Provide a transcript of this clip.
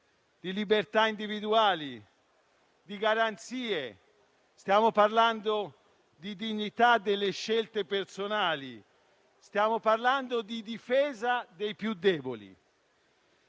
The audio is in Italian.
di libertà individuali e di garanzie; stiamo parlando di dignità delle scelte personali e di difesa dei più deboli.